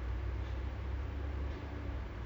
so while I'm walking back home